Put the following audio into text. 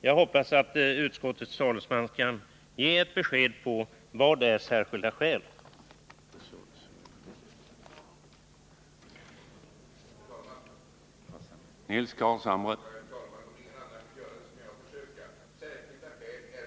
Jag hoppas att utskottets talesman kan ge ett besked om vad begreppet särskilda skäl inbegriper.